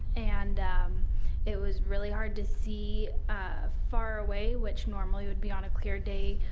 and it was really hard to see far away, which normally would be, on a clear day,